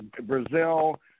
Brazil